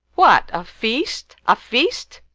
what, a feast, a feast?